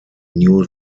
new